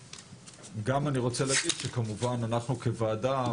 גם אני רוצה להגיד שכמובן אנחנו כוועדה,